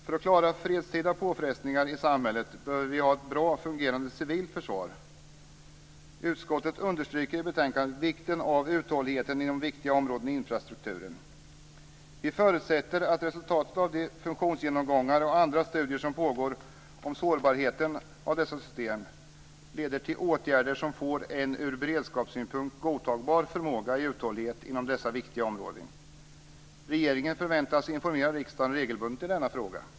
För att klara fredstida påfrestningar i samhället bör vi ha ett bra fungerande civilt försvar. Utskottet understryker i betänkandet vikten av uthållighet inom viktiga områden i infrastrukturen. Vi förutsätter att resultatet av de funktionsgenomgångar och andra studier som pågår om sårbarheten i dessa system leder till åtgärder som får en ur beredskapssynpunkt godtagbar förmåga i uthållighet inom dessa viktiga områden. Regeringen förväntas informera riksdagen regelbundet i denna fråga.